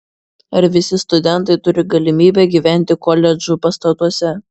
ar visi studentai turi galimybę gyventi koledžų pastatuose